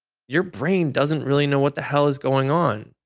your brain doesn't really know what the hell is going on,